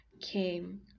came